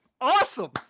awesome